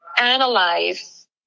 analyze